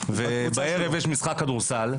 ובערב יש משחק כדורסל,